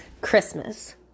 Christmas